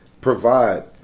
provide